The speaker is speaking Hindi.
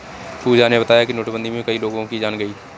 पूजा ने बताया कि नोटबंदी में कई लोगों की जान गई